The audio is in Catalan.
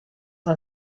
han